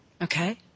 Okay